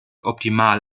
optimal